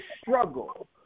struggle